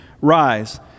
Rise